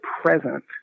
present